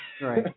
right